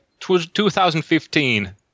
2015